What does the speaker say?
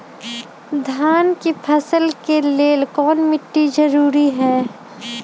धान के फसल के लेल कौन मिट्टी जरूरी है?